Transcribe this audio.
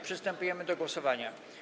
Przystępujemy do głosowania.